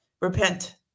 Repent